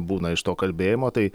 būna iš to kalbėjimo tai